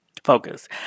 Focus